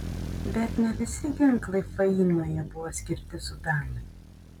bet ne visi ginklai fainoje buvo skirti sudanui